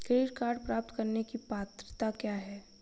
Credit card प्राप्त करने की पात्रता क्या है?